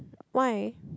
why